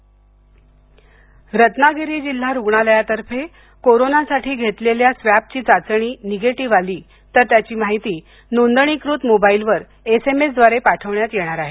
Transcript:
रत्नागिरी रत्नागिरी जिल्हा रुग्णालयातर्फे करोनासाठी घेतलेली स्वॅबची चाचणी निगेटिव्ह आली असल्याची त्याची माहिती नोंदणीकृत मोबाइलवर एसएमएसद्वारे पाठविण्यात येणार आहे